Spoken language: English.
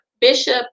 bishop